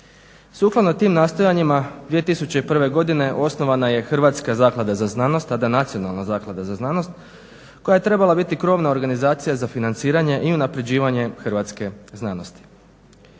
Sukladno tim nastojanjima 2001.godine osnovana je Hrvatska zaklada za znanost tada Nacionalna zaklada za znanost koja je trebala biti krovna organizacija za financiranje i unapređivanje hrvatske znanosti.